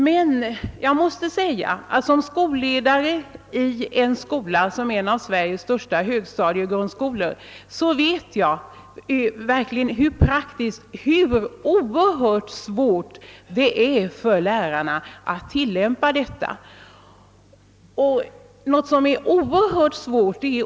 Men som ledare för en av Sveriges största högstadiegrundskolor vet jag, hur oerhört svårt det är för lärarna att i praktiken tillämpa dessa föreskrifter.